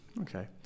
Okay